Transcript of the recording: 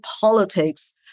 politics